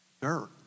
Dirt